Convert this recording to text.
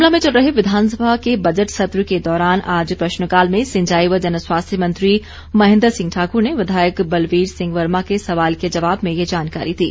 शिमला में चल रहे विधानसभा के बजट सत्र के दौरान आज प्रश्नकाल में सिंचाई व जनस्वास्थ्य मंत्री महेन्द्र सिंह ठाकुर ने विधाण्क बलवीर सिंह वर्मा के सवाल के जवाब में ये जानकारी दी